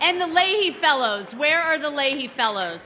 and the lady fellows where are the lady fello